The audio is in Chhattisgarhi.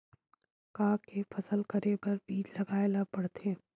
का के फसल करे बर बीज लगाए ला पड़थे?